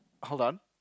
hold on